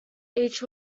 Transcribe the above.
each